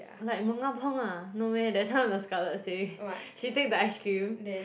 like mongabong ah no meh that time the Scarlet say she take the ice cream